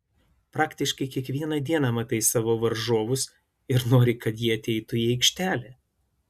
praktiškai kiekvieną dieną matai savo varžovus ir nori kad jie ateitų į aikštelę